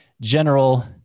general